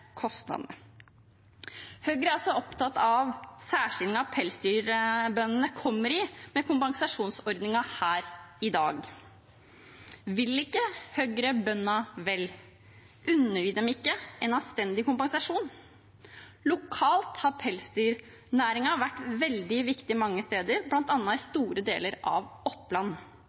kostnadene». Høyre er altså opptatt av særstillingen pelsdyrbøndene kommer i med kompensasjonsordningen her i dag. Vil ikke Høyre bøndene vel? Unner de dem ikke en anstendig kompensasjon? Lokalt har pelsdyrnæringen vært veldig viktig mange steder, bl.a. i store deler av Oppland.